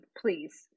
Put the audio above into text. please